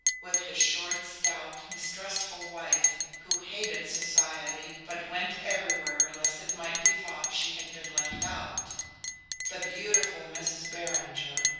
with his short stout mistrustful wife, who hated society, but went everywhere lest it might be thought she had been left out the beautiful mrs. beringer,